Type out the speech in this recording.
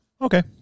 Okay